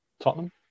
Tottenham